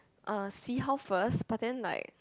uh see how first but then like